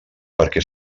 perquè